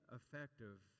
effective